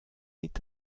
est